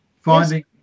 Finding